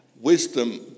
Wisdom